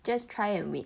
just try and wait